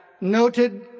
noted